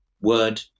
word